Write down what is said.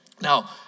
Now